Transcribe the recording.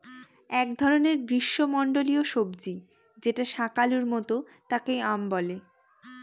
এক ধরনের গ্রীস্মমন্ডলীয় সবজি যেটা শাকালুর মত তাকে য়াম বলে